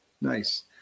Nice